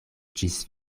ĝis